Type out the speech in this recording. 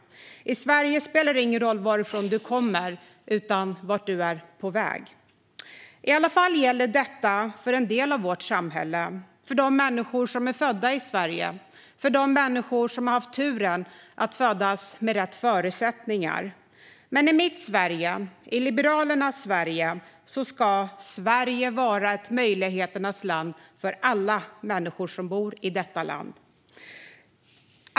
I Sverige är det inte varifrån man kommer som spelar roll utan vart man är på väg. I alla fall gäller detta för en del av vårt samhälle: de människor som är födda i Sverige och de människor som haft turen att födas med rätt förutsättningar. Men i mitt och Liberalernas Sverige ska Sverige vara ett möjligheternas land för alla människor som bor här.